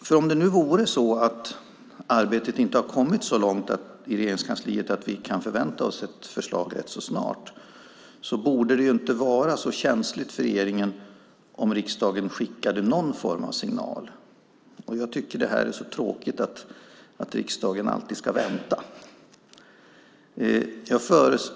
Om arbetet i Regeringskansliet inte har kommit så långt så att vi kan förvänta oss ett förslag rätt så snart borde det inte vara så känsligt för regeringen om riksdagen skickade någon form av signal. Jag tycker att det är tråkigt att riksdagen alltid ska vänta.